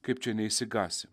kaip čia neišsigąsi